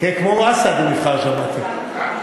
כמו אסד הוא נבחר, שמעתי.